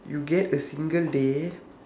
you get a single day